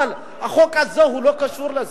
אבל החוק הזה לא קשור לזה.